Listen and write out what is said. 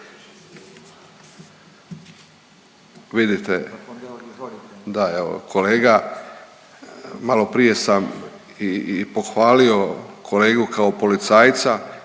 se./… Da, evo kolega malo prije sam i pohvalio kolegu kao policajca